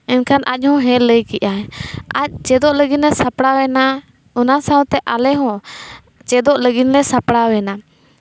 ᱮᱱᱠᱷᱟᱱ ᱟᱡ ᱦᱚᱸ ᱦᱮᱸ ᱞᱟᱹᱭ ᱠᱮᱜᱼᱟᱭ ᱟᱡ ᱪᱮᱫᱚᱜ ᱞᱟᱹᱜᱤᱫ ᱮ ᱥᱟᱯᱲᱟᱣ ᱮᱱᱟ ᱚᱱᱟ ᱥᱟᱶᱛᱮ ᱟᱞᱮ ᱦᱚᱸ ᱪᱮᱫᱚᱜ ᱞᱟᱹᱜᱤᱫ ᱞᱮ ᱥᱟᱯᱲᱟᱣ ᱮᱱᱟ